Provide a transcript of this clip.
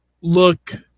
look